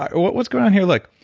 what was going on here? look,